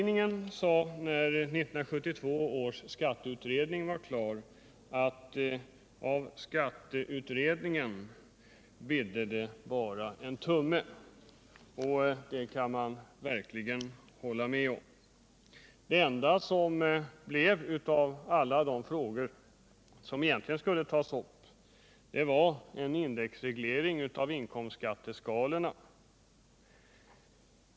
När 1972 års skatteutredning var klar skrev LO-tidningen att av skatteutredningen blidde det bara en tumme, och det kan man verkligen hålla med om. Alla de frågor som egentligen skulle ha tagits upp resulterade i frågan om indexreglering av inkomstskatteskalorna.